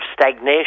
stagnation